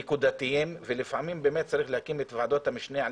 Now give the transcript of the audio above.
ונקודתיים ולפעמים באמת צריך להקים את ועדות המשנה על